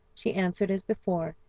she answered as before,